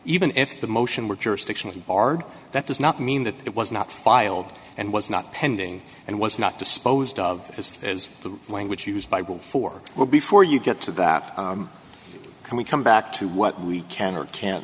even if the motion were jurisdictional barred that does not mean that it was not filed and was not pending and was not disposed of as as to which used by before well before you get to that can we come back to what we can or can